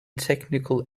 technical